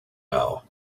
now